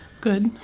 Good